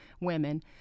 women